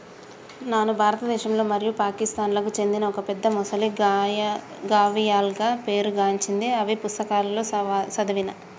నాను భారతదేశంలో మరియు పాకిస్తాన్లకు చెందిన ఒక పెద్ద మొసలి గావియల్గా పేరు గాంచింది అని పుస్తకాలలో సదివాను